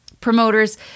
Promoters